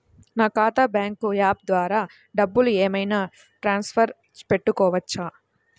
నా ఖాతా bank app ద్వారా డబ్బులు ఏమైనా ట్రాన్స్ఫర్ పెట్టుకోవచ్చా?